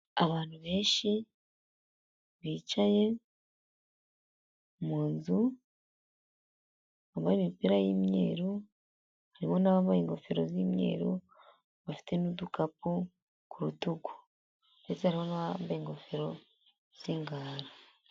Abantu benshi bicaye munzu bambaye imipira y'imyeru harimo abambaye ingofero z'imyeru bafite n'udukapu ku rutugu ndetse harimo na bambaye ingofero z'ingara